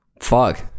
fuck